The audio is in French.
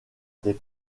des